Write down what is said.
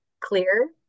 clear